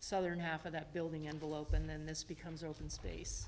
southern half of that building envelope and then this becomes open space